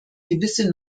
gewisse